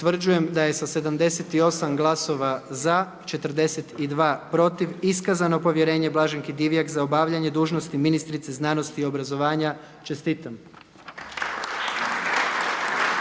Utvrđujem da je sa 78 glasova za i 46 protiv iskazano povjerenje Lovri Kuščeviću za obavljanje dužnosti ministra uprave. Čestitam.